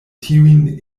tiun